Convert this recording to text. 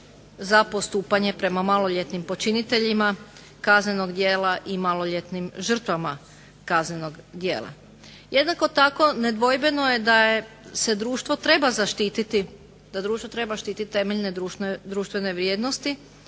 za postupanje prema maloljetnim počiniteljima kaznenog djela i maloljetnim žrtvama kaznenog djela. Jednako tako nedvojbeno je da se društvo treba zaštititi, da društvo treba štititi temeljne društvene vrijednosti